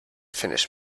finish